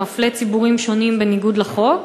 המפלה ציבורים שונים בניגוד לחוק?